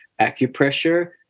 acupressure